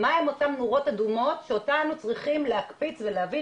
מה הן אותן נורות אדומות שאותנו צריכות להקפיץ ולהבין